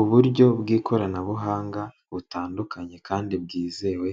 Uburyo bw'ikoranabuhanga butandukanye kandi bwizewe,